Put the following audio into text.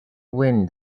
wind